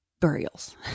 burials